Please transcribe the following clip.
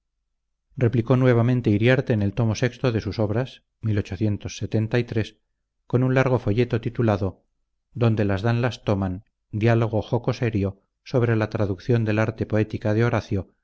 replicó nuevamente iriarte en el tomo vi de sus obras con un largo folleto titulado donde las dan las toman diálogo joco-serio sobre la traducción del arte poética de horacio